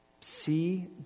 See